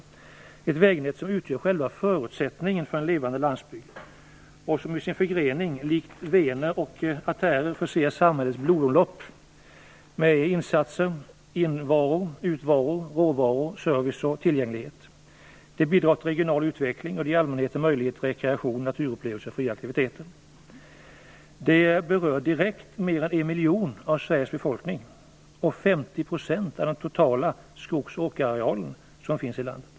Detta är ett vägnät som utgör själva förutsättningen för en levande landsbygd, och som i sin förgrening likt vener och artärer förser samhällets blodomlopp med insatser, invaror, utvaror, råvaror, service och tillgänglighet. Det bidrar till regional utveckling och det ger allmänheten möjligheter till rekreation, naturupplevelser och fria aktiviteter. Det berör direkt mer än en miljon av Sveriges befolkning och 50 % av den totala skogs och åkerarealen i landet.